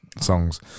songs